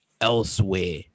elsewhere